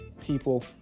People